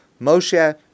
Moshe